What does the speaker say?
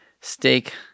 steak